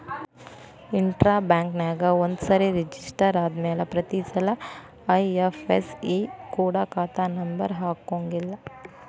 intra ಬ್ಯಾಂಕ್ನ್ಯಾಗ ಒಂದ್ಸರೆ register ಆದ್ಮ್ಯಾಲೆ ಪ್ರತಿಸಲ ಐ.ಎಫ್.ಎಸ್.ಇ ಕೊಡ ಖಾತಾ ನಂಬರ ಹಾಕಂಗಿಲ್ಲಾ